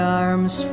arms